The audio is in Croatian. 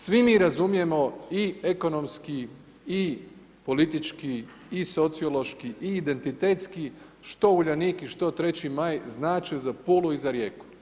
Svi mi razumijemo i ekonomski i politički i sociološki i identitetski što Uljanik i što 3. Maj znače i za Pulu i za Rijeku.